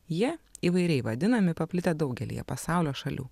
jie įvairiai vadinami paplitę daugelyje pasaulio šalių